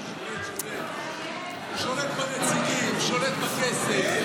הוא שולט בנציגים, הוא שולט בכסף.